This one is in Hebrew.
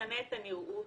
תשנה את הנראות